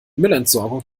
müllentsorgung